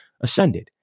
ascended